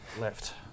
left